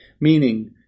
meaning